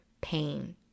pain